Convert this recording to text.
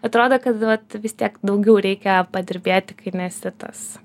atrodo kad vat vis tiek daugiau reikia padirbėti kai nesi tas